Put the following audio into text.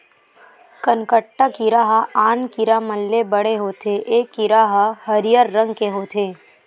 कनकट्टा कीरा ह आन कीरा मन ले बड़े होथे ए कीरा ह हरियर रंग के होथे